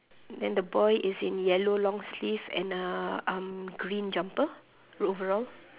then the boy is in yellow long sleeve and a um green jumper overall